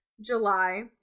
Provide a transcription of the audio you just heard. July